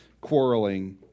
quarreling